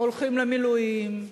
הולכים למילואים,